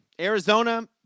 Arizona